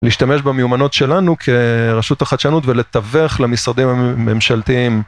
להשתמש במיומנות שלנו כרשות החדשנות ולתווך למשרדים הממשלתיים.